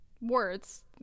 words